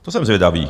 To jsem zvědavý.